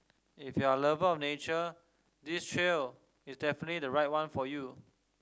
if you're a lover of nature this trail is definitely the right one for you